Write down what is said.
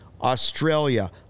Australia